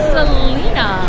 Selena